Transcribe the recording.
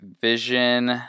Vision